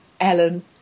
ellen